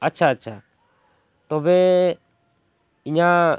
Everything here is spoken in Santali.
ᱟᱪᱪᱷᱟ ᱟᱪᱪᱷᱟ ᱛᱚᱵᱮ ᱤᱧᱟᱹᱜ